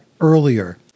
earlier